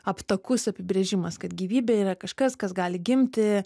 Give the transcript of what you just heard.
aptakus apibrėžimas kad gyvybė yra kažkas kas gali gimti